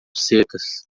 secas